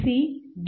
C D